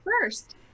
first